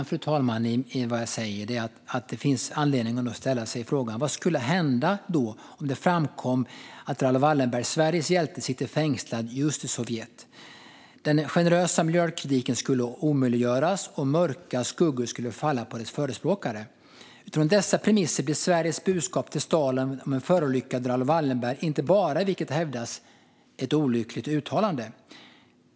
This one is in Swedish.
Fru talman! Kärnan i det jag säger är att det finns anledning att ställa sig frågan vad som skulle ha hänt om det framkom att Raoul Wallenberg, Sveriges hjälte, satt fängslad i just Sovjet? Den generösa miljardkrediten skulle ha omöjliggjorts, och mörka skuggor skulle ha fallit på dess förespråkare. Utifrån dessa premisser blir Sveriges budskap till Stalin om en förolyckad Raoul Wallenberg inte bara, vilket har hävdats, ett olyckligt uttalande.